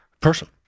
person